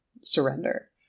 surrender